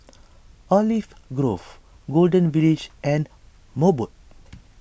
Olive Grove Golden Village and Mobot